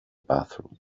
bathroom